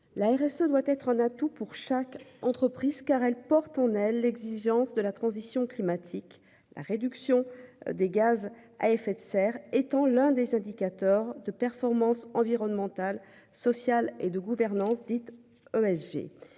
la ARS doit être un atout pour chaque entreprise car elle porte en elle l'exigence de la transition climatique. La réduction des gaz à effet de serre étant l'un des indicateurs de performance environnementale, sociale et de gouvernance dites ESG